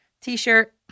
t-shirt